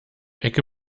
ecke